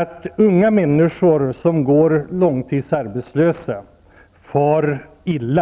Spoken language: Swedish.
att unga människor som går långtidsarbetslösa far illa.